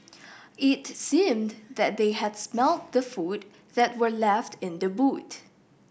it seemed that they had smelt the food that were left in the boot